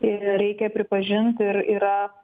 ir reikia pripažint ir yra